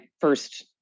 first